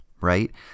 right